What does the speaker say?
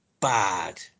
bad